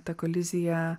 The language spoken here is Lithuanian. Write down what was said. ta kolizija